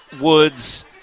Woods